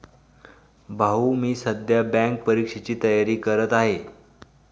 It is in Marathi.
भाऊ मी सध्या बँक परीक्षेची तयारी करत आहे